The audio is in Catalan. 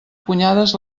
punyades